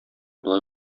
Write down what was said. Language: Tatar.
болай